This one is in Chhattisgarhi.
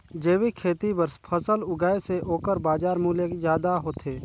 जैविक खेती बर फसल उगाए से ओकर बाजार मूल्य ज्यादा होथे